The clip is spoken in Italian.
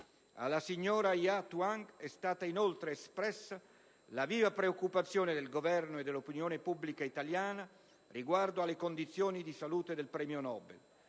Alla signora Ja Taung è stata inoltre espressa la viva preoccupazione del Governo e dell'opinione pubblica italiana riguardo alle condizioni di salute del premio Nobel.